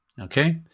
okay